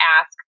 ask